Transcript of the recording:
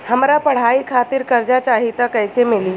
हमरा पढ़ाई खातिर कर्जा चाही त कैसे मिली?